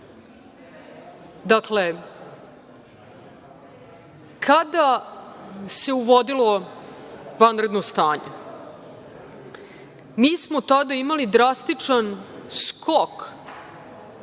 kada se uvodilo vanredno stanje mi smo tada imali drastičan skok